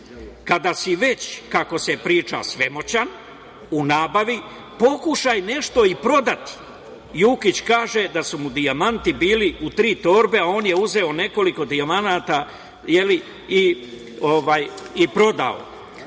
Kada si već, kako se priča, svemoćan u nabavi, pokušaj nešto i prodati“. Jukić kaže da su mu dijamanti bili u tri torbe, a on je uzeo nekoliko dijamanata i prodao.